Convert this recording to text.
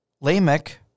Lamech